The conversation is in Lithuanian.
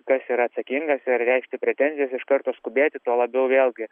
kas yra atsakingas ir reikšti pretenzijas iš karto skubėti tuo labiau vėlgi